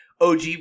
OG